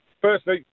Firstly